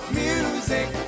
music